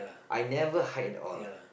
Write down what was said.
I never hide at all